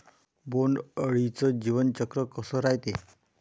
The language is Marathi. बोंड अळीचं जीवनचक्र कस रायते?